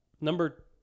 Number